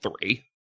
three